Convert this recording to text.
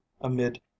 amid